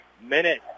Minute